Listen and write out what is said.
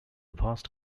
vast